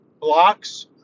blocks